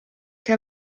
che